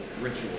ritual